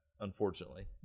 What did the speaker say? unfortunately